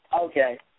Okay